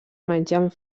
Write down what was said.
menjant